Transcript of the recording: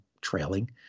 trailing